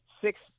six